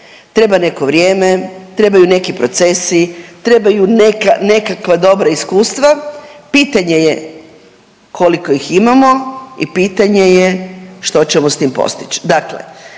Treba neko vrijeme, trebaju neki procesi, trebaju neka, nekakva dobra iskustva. Pitanje je koliko ih imamo i pitanje je što ćemo s tim postići.